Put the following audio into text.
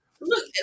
Look